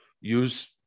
Use